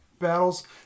battles